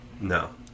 No